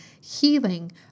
healing